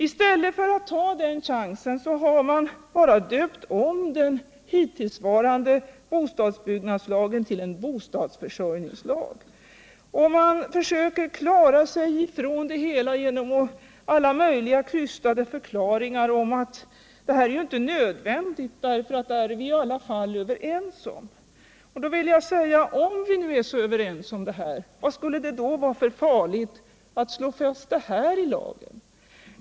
I stället för att ta den chansen har man bara döpt om den hittillsvarande bostadsbyggnadslagen till en bostadsförsörjningslag. Man försöker klara sig från det hela genom alla möjliga krystade förklaringar om att detta inte är nödvändigt därför att man i alla fall är överens. Om vi nu är så överens, varför skulle det då vara farligt att slå fast detta i lagen?